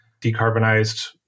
decarbonized